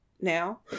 now